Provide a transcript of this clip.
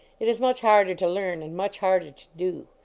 it is much harder to learn, and much harder to do.